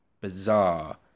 bizarre